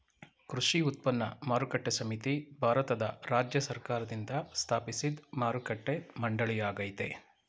ಕೃಷಿ ಉತ್ಪನ್ನ ಮಾರುಕಟ್ಟೆ ಸಮಿತಿ ಭಾರತದ ರಾಜ್ಯ ಸರ್ಕಾರ್ದಿಂದ ಸ್ಥಾಪಿಸಿದ್ ಮಾರುಕಟ್ಟೆ ಮಂಡಳಿಯಾಗಯ್ತೆ